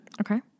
Okay